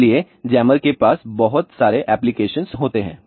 इसलिए जैमर के पास बहुत सारे एप्लिकेशन होते हैं